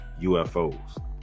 UFOs